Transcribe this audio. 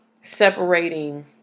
separating